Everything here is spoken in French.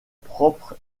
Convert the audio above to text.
propre